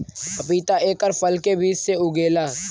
पपीता एकर फल के बीज से उगेला